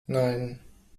nein